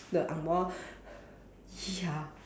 the angmoh ya